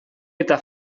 eta